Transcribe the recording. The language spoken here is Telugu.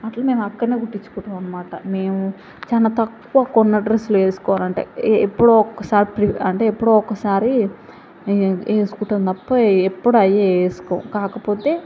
అట్లా మేము అక్కడనే కుట్టించుకుంటాము అన్నమాట మేము చాలా తక్కువ కొన్న డ్రస్సులు వేసుకోవాలి అంటే ఎప్పుడో ఒక్కసారి అంటే ఎప్పుడో ఒక్కసారి వేసుకుంటాము తప్ప ఎప్పుడూ అవే వేసుకోము కాకపోతే